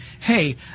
hey